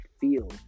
feel